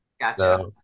Gotcha